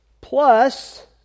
plus